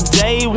day